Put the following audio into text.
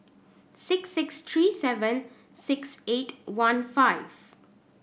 six six three seven six eight one five